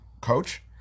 coach